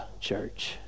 church